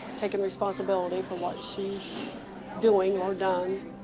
taking responsibility for what she's doing or done.